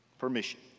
permission